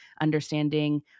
understanding